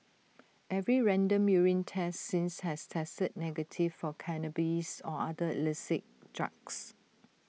every random urine test since has tested negative for cannabis or other illicit drugs